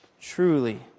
Truly